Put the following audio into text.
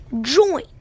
join